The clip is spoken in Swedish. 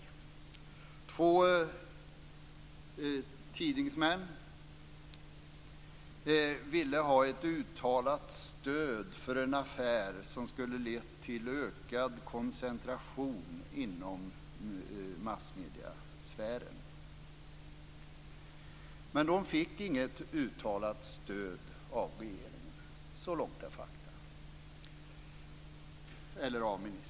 Två tidningsmän ville ha ett uttalat stöd för en affär som skulle lett till ökad koncentration inom massmediesfären. De fick inget uttalat stöd av regeringen eller av ministern.